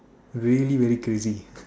really really crazy